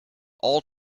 all